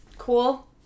Cool